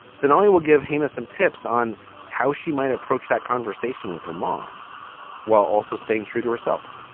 sonali will give hamas some tips on how she might approach that conversation with her mom while also staying true to herself